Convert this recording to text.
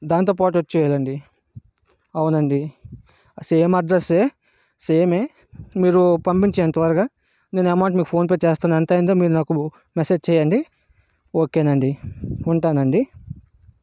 దాంతోపాటు వచ్చేయండి అవునండి సేమ్ అడ్రస్సే సేమే మీరు పంపించేయండి త్వరగా నేను అమౌంట్ మీకు ఫోన్పే చేస్తాను ఎంత అయిందో మీరు నాకు మెసేజ్ చేయండి ఓకే అండి ఉంటానండి